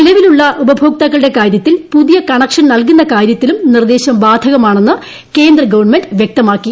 നിലവിലുള്ള ഉപഭോക്താക്കളുടെ കാര്യത്തിൽ പുതിയ കണക്ഷൻ നൽകുന്ന കാര്യത്തിലും നിർദ്ദേശം ബാധകമാണെന്ന് കേന്ദ്ര ഗവൺമെന്റ് വ്യക്തമാക്കി